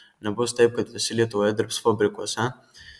nebus taip kad visi lietuvoje dirbs fabrikuose